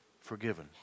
forgiven